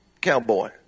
cowboy